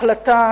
החלטה